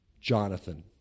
Jonathan